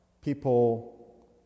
people